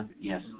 yes